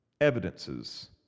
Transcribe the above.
evidences